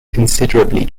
considerably